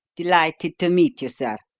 delighted to meet you, sir.